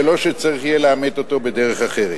ולא שצריך יהיה לאמת אותו בדרך אחרת.